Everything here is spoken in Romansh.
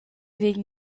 vegn